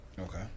Okay